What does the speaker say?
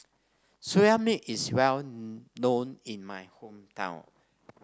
Soya Milk is well known in my hometown